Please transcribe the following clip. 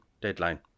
deadline